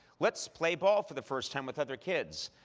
let's play ball for the first time with other kids.